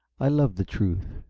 i love the truth.